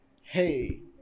hey